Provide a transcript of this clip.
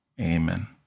Amen